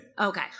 Okay